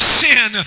sin